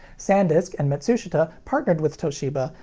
sandisk and matsushita partnered with toshiba,